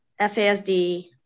FASD